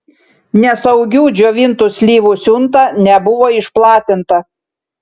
nesaugių džiovintų slyvų siunta nebuvo išplatinta